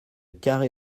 carré